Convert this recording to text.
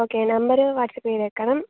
okay number WhatsApp ചെയ്തേക്കണം